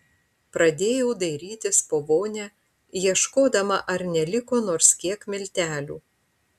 pradėjau dairytis po vonią ieškodama ar neliko nors kiek miltelių